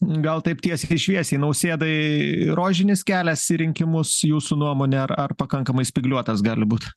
gal taip tiesiai šviesiai nausėdai rožinis kelias į rinkimus jūsų nuomone ar ar pakankamai spygliuotas gali būt